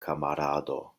kamarado